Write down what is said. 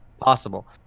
possible